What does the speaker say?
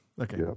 Okay